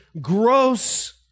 gross